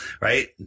right